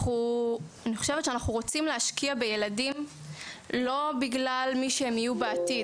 אני חושבת שאנחנו רוצים להשקיע בילדים לא בגלל המבוגרים שהם יהיו בעתיד.